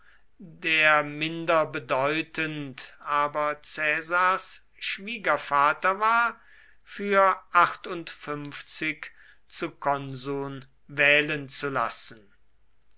der minder bedeutend aber caesars schwiegervater war für zu konsuln wählen zu lassen